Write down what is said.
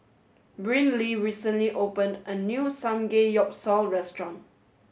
Brynlee recently opened a new Samgeyopsal Restaurant